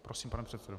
Prosím, pane předsedo.